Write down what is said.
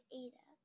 ada